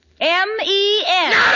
M-E-N